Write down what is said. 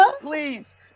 Please